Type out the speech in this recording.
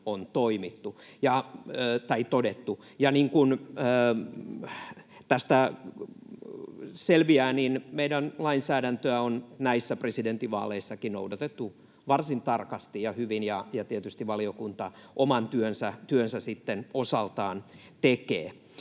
on todettu. Niin kuin tästä selviää, meidän lainsäädäntöämme on näissä presidentinvaaleissakin noudatettu varsin tarkasti ja hyvin, ja tietysti valiokunta oman työnsä sitten osaltaan tekee.